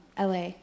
LA